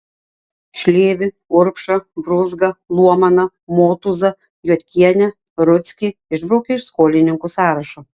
šlėvį urbšą brūzgą luomaną motūzą juodkienę rudzkį išbraukė iš skolininkų sąrašo